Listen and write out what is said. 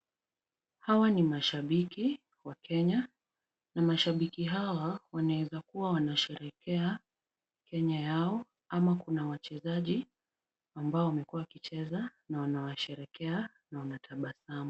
Hawa ni mashabiki wa Kenya na mashabiki hawa wanezakuwa wanasherehekea Kenya yao, ama kuna wachezaji ambao wamekuwa wakicheza na wanawasherekea na wanatabasamu.